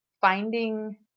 finding